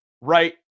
right